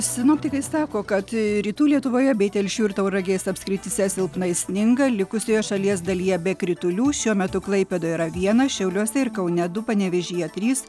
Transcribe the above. sinoptikai sako kad rytų lietuvoje bei telšių ir tauragės apskrityse silpnai sninga likusioje šalies dalyje be kritulių šiuo metu klaipėdoje yra vienas šiauliuose ir kaune du panevėžyje trys